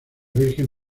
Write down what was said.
virgen